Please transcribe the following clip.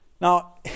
Now